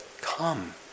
come